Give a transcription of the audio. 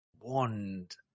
wand